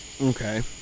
Okay